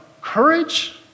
courage